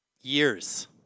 years